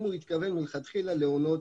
אם הוא התכוון מלכתחילה להונות